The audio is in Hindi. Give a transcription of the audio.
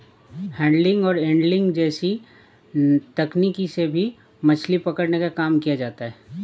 हैंडलिंग और एन्गलिंग जैसी तकनीकों से भी मछली पकड़ने का काम किया जाता है